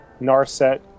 Narset